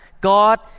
God